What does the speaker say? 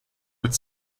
with